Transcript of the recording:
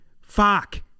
fuck